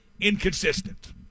inconsistent